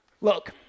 Look